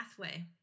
pathway